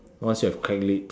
once you have cracked lips